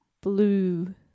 blue